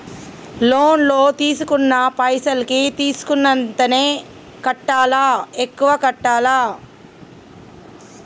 Loan లా తీస్కున్న పైసల్ కి తీస్కున్నంతనే కట్టాలా? ఎక్కువ కట్టాలా?